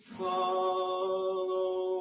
follow